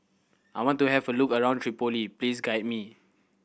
I want to have a look around Tripoli please guide me